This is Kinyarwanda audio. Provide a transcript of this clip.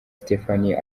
stephanie